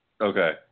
Okay